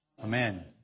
Amen